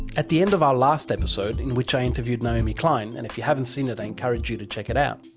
at the end of our last episode, in which i interviewed naomi klein, and if you haven't seen it, i encourage you to check it out.